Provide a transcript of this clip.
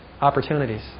opportunities